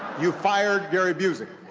you fired gary busey.